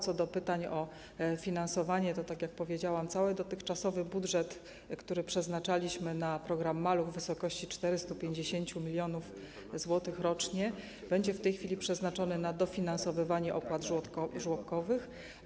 Co do pytań o finansowanie, to - tak jak powiedziałam - cały dotychczasowy budżet, który przeznaczaliśmy na program ˝Maluch+˝ w wysokości 450 mln zł rocznie, będzie w tej chwili przeznaczony na dofinansowywanie opłat żłobkowych.